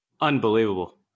Unbelievable